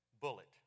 Bullet